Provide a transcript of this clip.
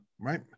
right